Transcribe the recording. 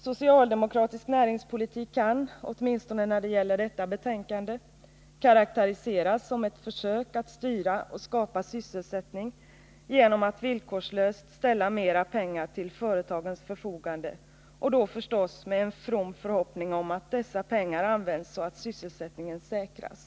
Socialdemokratisk näringspolitik kan — åtminstone när det gäller detta betänkande — karakteriseras som ett försök att styra och skapa sysselsättning genom att villkorslöst ställa mera pengar till företagens förfogande och då förstås med en from förhoppning om att dessa pengar används så att sysselsättningen säkras.